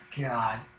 god